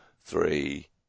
three